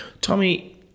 Tommy